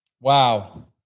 Wow